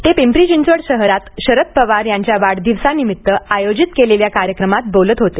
ते पिंपरी चिंचवड शहरात शरद पवार यांच्या वाढदिवसानिमित्त आयोजित केलेल्या कार्यक्रमात बोलत होते